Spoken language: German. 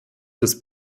des